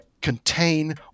contain